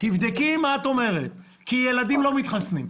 תבדקי מה את אומרת כי ילדים לא מתחסנים.